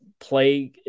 play